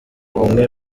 umwe